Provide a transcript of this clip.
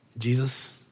Jesus